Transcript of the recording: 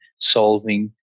solving